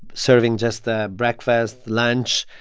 serving just the breakfast, lunch.